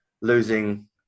losing